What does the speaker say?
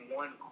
one